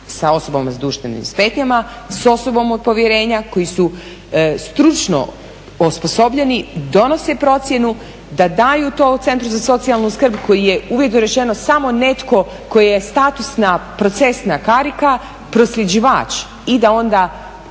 sa osobama sa duševnim smetnjama, sa osobom od povjerenja koji su stručno osposobljeni donose procjenu da daju to u Centru za socijalnu skrb koji je uvjetno rečeno samo netko tko je statusna procesna karika, prosljeđivač i da onda